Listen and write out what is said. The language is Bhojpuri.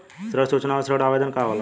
ऋण सूचना और ऋण आवेदन का होला?